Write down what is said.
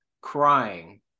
crying